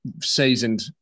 seasoned